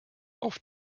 auf